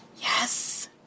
Yes